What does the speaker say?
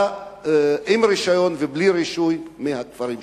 עם רשיון ובלי רישוי, מהכפרים שלנו.